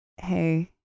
hey